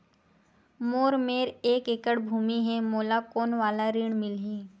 मोर मेर एक एकड़ भुमि हे मोला कोन वाला ऋण मिलही?